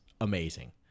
amazing